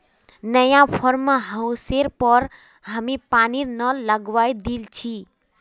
नया फार्म हाउसेर पर हामी पानीर नल लगवइ दिल छि